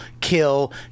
kill